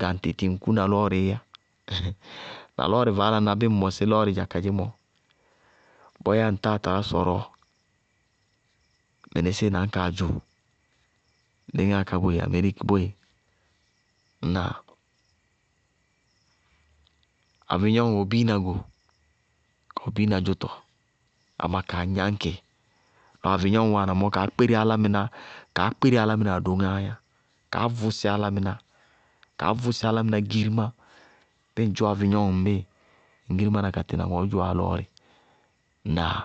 gaŋtɩ tiŋkú na lɔɔrɩí yá, na lɔɔrɩ vaálaná, bíɩ ŋ mɔsí dza kadzémɔ, bɔyáá ŋtáa talá sɔrɔɔ mɩnísíɩ na ñ kaa dzʋ léŋáa ká boéé, ameriki boéé, ŋnáa? Avɩyɔŋ wɛ biina go, kawɛ biina dzʋtɔ amá kaá gnáŋkɩ. Lɔ avɩyɔŋñ wáana mɔɔ, kaá kpéri álámɩná adoŋáá yá, kaá vʋsɩ álámɩná, kaá vʋsɩ álámɩná girimá. Bíɩ ŋ dzʋ avɩyɔŋ ŋmíɩ, ŋ girimá na ka-tɩ na ŋɔɔ dzʋwá lɔɔrɩ. Ŋnáa?